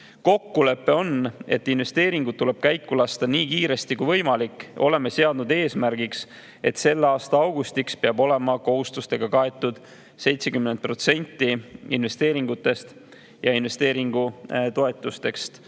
Kokkulepe on, et investeeringud tuleb käiku lasta nii kiiresti, kui võimalik. Oleme seadnud eesmärgiks, et selle aasta augustiks peab olema kohustustega kaetud 70% investeeringutest ja investeeringutoetustest,